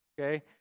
Okay